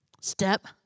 step